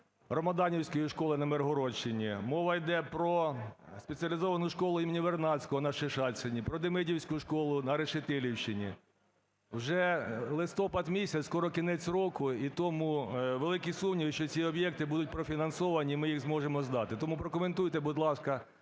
залРомоданівської школи на Миргородщині. Мова йде про спеціалізовану школу імені Вернадського на Шишаччині, про Демидівську школу на Решетилівщині. Вже листопад місяць, скоро кінець року, і тому великі сумніви, що ці об'єкти будуть профінансовані і ми їх зможемо здати. Тому прокоментуйте, будь ласка,